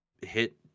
hit